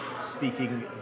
speaking